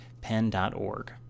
pen.org